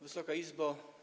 Wysoka Izbo!